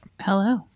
Hello